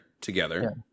together